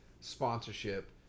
sponsorship